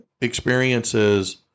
experiences